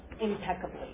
impeccably